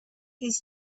his